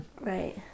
Right